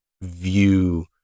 view